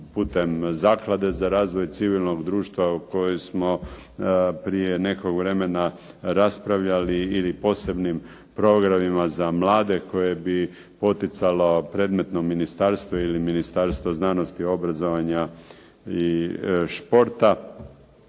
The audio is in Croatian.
putem zaklade za razvoj civilnog društva o kojoj smo prije nekog vremena raspravljali ili posebnim programima za mlade koje bi poticalo predmetno ministarstvo ili Ministarstvo znanosti, obrazovanja i športa.